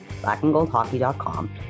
blackandgoldhockey.com